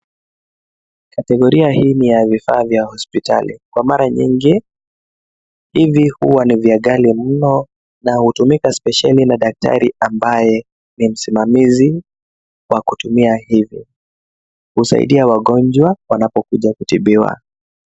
Kategoria hii ni ya vifaa vya hospitali ,kwa mara nyingi hivi huwa ni vya ghali mno na hutumika spesheli na daktari ambaye ni msimamizi wa kutumia hivyo kusaidia wagonjwa wanapokuja kutibiwa.